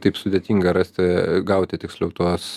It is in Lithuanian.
taip sudėtinga rasti gauti tiksliau tuos